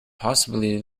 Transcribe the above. possibly